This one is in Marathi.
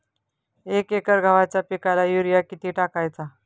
एक एकर गव्हाच्या पिकाला युरिया किती टाकायचा?